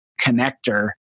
connector